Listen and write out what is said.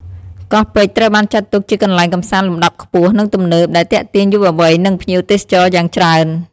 កោះពេជ្រត្រូវបានចាត់ទុកជាកន្លែងកម្សាន្តលំដាប់ខ្ពស់ និងទំនើប ដែលទាក់ទាញយុវវ័យ និងភ្ញៀវទេសចរយ៉ាងច្រើន។